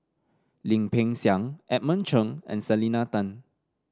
Lim Peng Siang Edmund Chen and Selena Tan